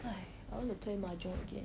!hais! I want to play mahjong again